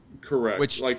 Correct